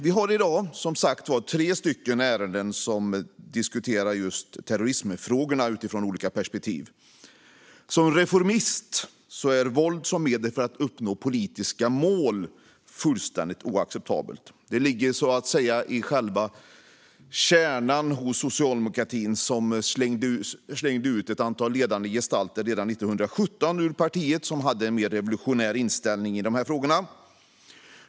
Vi har i dag, som sagt, tre ärenden där terrorismfrågorna diskuteras utifrån olika perspektiv. Som reformist anser jag att våld som medel för att uppnå politiska mål är fullständigt oacceptabelt. Detta ligger så att säga i själva kärnan i socialdemokratin, som redan 1917 slängde ut ett antal ledande gestalter som hade en mer revolutionär inställning i de här frågorna ur partiet.